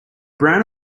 brown